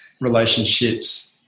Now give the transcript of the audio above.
relationships